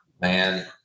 man